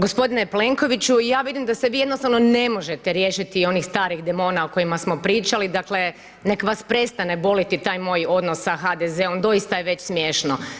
Gospodine Plenkoviću, ja vidim da se vi jednostavno ne možete riješiti onih starih demona o kojima smo pričali, dakle nek vas prestane boliti taj moj odnos sa HDZ-om, doista je već smiješno.